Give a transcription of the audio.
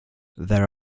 there